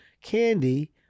Candy